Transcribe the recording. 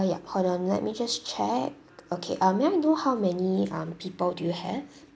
ya hold on let me just check okay uh may I know how many um people do you have